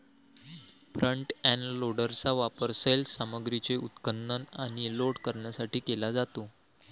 front end लोडरचा वापर सैल सामग्रीचे उत्खनन आणि लोड करण्यासाठी केला जातो